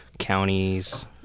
counties